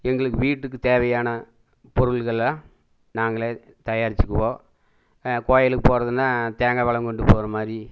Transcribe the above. எங்களுக்கு வீட்டுக்குத் தேவையான பொருட்களை நாங்களே தயாரிச்சுக்குவோம் கோயிலுக்குப் போகிறதுனா தேங்காய் பழம் கொண்டு போகிற மாதிரி